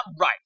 right